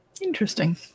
Interesting